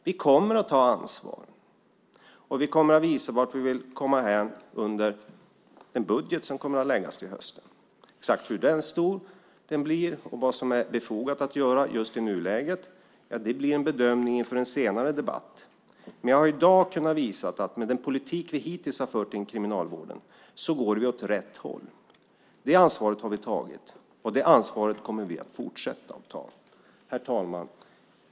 Vi kommer att ta ansvar, och vi kommer att visa vart vi vill komma hän i den budget som kommer att läggas fram till hösten. Exakt hur stor den blir och vad som är befogat att göra just i nuläget blir en bedömning inför en senare debatt. Men jag har i dag kunnat visa att med den politik vi hittills har fört inom kriminalvården går vi åt rätt håll. Det ansvaret har vi tagit, och det ansvaret kommer vi att fortsätta att ta. Herr talman!